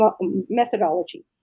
methodology